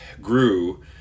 grew